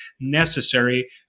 necessary